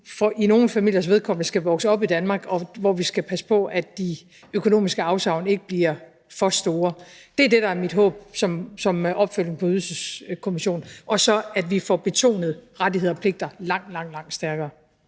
nogle familiers vedkommende skal vokse op i Danmark, og hvor vi skal passe på, at de økonomiske afsavn ikke bliver for store. Det er det, der er mit håb som opfølgning på Ydelseskommissionens arbejde – og så, at vi får betonet rettigheder og pligter langt, langt stærkere.